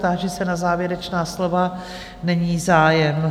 Táži se na závěrečná slova není zájem.